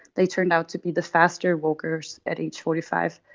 they turned out to be the faster walkers at age forty five.